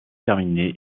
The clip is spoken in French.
terminé